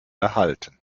erhalten